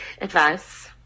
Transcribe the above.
advice